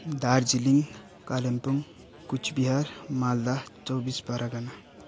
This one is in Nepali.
दार्जिलिङ कालिम्पोङ कुचबिहार मालदा चौबिस परगना